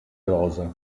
rosa